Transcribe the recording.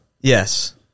Yes